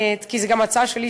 כי זו גם הצעה שלי,